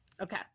Okay